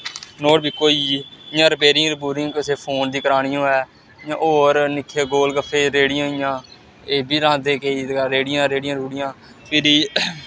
note पिक्क होई गेई जि'यां रपेरिंग रपूरिंग कुसै फोन दी करानी होऐ जि'यां होर मिट्ठे गोलगफे रेह्ड़ियां होई गेइयां एह् बी लांदे केईं रहेड़ियां रड़ियां फिरी